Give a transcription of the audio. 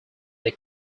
they